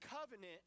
covenant